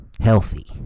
healthy